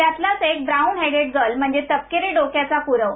त्यातलाच एका brown headed gull म्हणजेच तपकिरी डोक्याचा कुरव